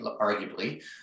arguably